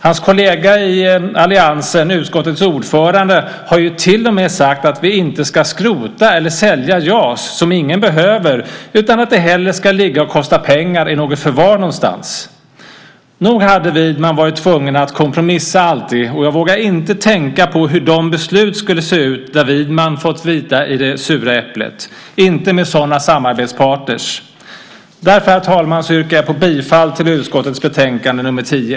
Hans kollega i alliansen, utskottets ordförande, har ju till och med sagt att vi inte ska skrota eller sälja JAS, som ingen behöver, utan att de hellre ska stå och kosta pengar i något förvar någonstans. Nog hade Widman varit tvungen att kompromissa, alltid, och jag vågar inte tänka på hur de beslut skulle se ut där Widman fått bita i det sura äpplet - inte med sådana samarbetspartner. Därför, herr talman, yrkar jag bifall till utskottets förslag i betänkande FöU10.